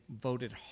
voted